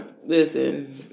Listen